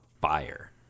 fire